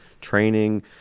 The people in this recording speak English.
training